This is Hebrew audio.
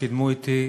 שקידמו אתי,